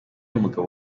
mugabo